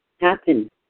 happen